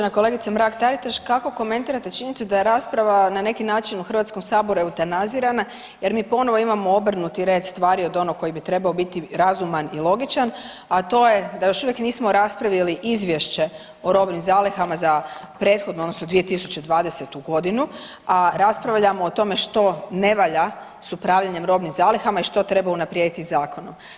Uvažena kolegice Mrak Taritaš, kako komentirate činjenicu da je rasprava na neki način u HS eutanazirana jer mi ponovo imamo obrnuti red stvari od onog koji bi trebao biti razuman i logičan, a to je da još uvijek nismo raspravili izvješće o robnim zalihama za prethodnu odnosno 2020.g., a raspravljamo o tome što ne valja s upravljanjem robnim zalihama i što treba unaprijediti zakonom.